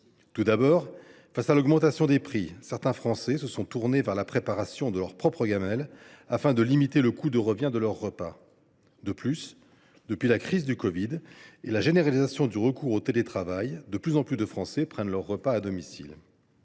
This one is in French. raisons. Face à l’augmentation des prix, certains Français se sont tournés vers la préparation de leur propre gamelle, afin de limiter le coût de revient de leur repas. De plus, depuis la crise de la covid et la généralisation du recours au télétravail, de plus en plus de nos concitoyens prennent leur repas à domicile.